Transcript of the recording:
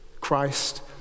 Christ